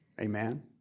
Amen